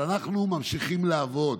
אנחנו ממשיכים לעבוד